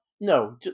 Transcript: no